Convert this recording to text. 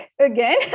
again